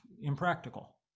impractical